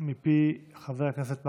מפי חבר הכנסת מקלב,